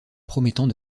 promettant